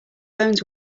bones